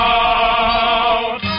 out